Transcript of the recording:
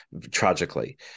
tragically